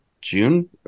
June